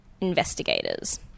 investigators